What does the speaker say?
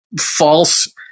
false